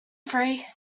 free